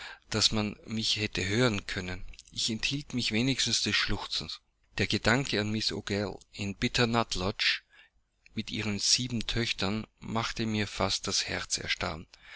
daß man mich hätte hören können ich enthielt mich wenigstens des schluchzens der gedanke an mrs o'gall in bitternutlodge mit ihren sieben töchtern machte mir fast das herz erstarren